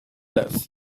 less